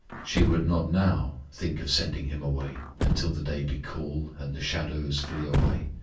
she would not now think of sending him away until the day be cool and the shadows flee away.